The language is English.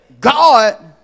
God